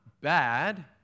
bad